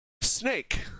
snake